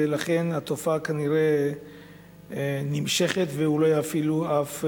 ולכן התופעה כנראה נמשכת ואולי אף מתגברת.